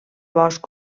bosc